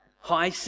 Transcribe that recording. high